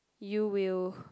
you will